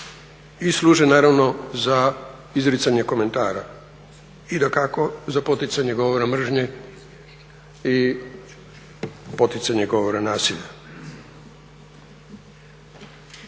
i služe naravno za izricanje komentara i dakako, za poticanje govora mržnje i poticanje govora nasilja.